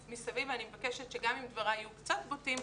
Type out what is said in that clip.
מסביב ואני מבקשת שגם אם דבריי יהיו קצת בוטים,